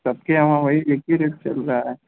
सबके यहाँ वही एक ही रेट चल रहा है